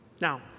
Now